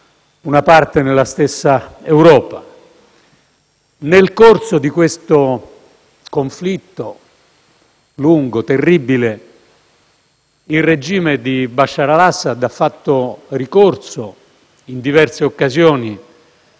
una parte nella stessa Europa. Nel corso di questo conflitto lungo e terribile il regime di Bashar al-Assad ha fatto ricorso in diverse occasioni